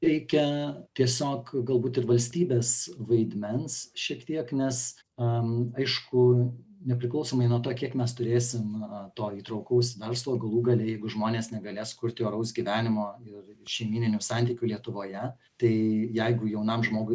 reikia tiesiog galbūt ir valstybės vaidmens šiek tiek nes am aišku nepriklausomai nuo to kiek mes turėsim to įtraukaus verslo galų gale jeigu žmonės negalės kurti oraus gyvenimo ir šeimyninių santykių lietuvoje tai jeigu jaunam žmogui